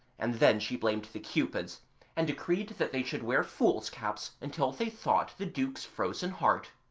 and then she blamed the cupids and decreed that they should wear fools' caps until they thawed the duke's frozen heart.